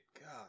God